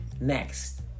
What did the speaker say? Next